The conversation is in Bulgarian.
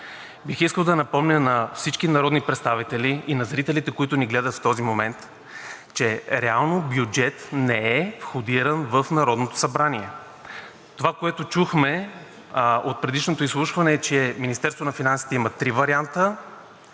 Бих искал да напомня на всички народни представители и на зрителите, които ни гледат в този момент, че реално бюджет не е входиран в Народното събрание. Това, което чухме от предишното изслушване, е, че Министерството на финансите има три варианта,